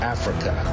Africa